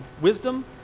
wisdom